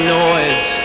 noise